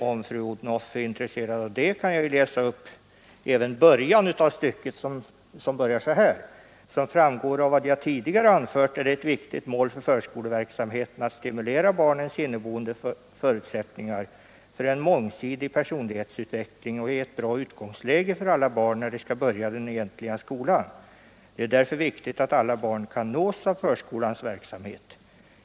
Om fru Odhnoff är intresserad kan jag läsa upp även början av stycket: ”Som framgår av vad jag tidigare anfört är det ett viktigt mål för förskoleverksamheten att stimulera barnens inneboende förutsättningar för en mångsidig personlighetsutveckling och ge ett bra utgångsläge för alla barn när de skall börja den egentliga skolan. Det är därför viktigt att alla barn kan nås av förskolans verksamhet.